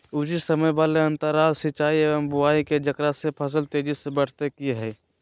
उचित समय वाले अंतराल सिंचाई एवं बुआई के जेकरा से फसल तेजी से बढ़तै कि हेय?